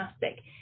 fantastic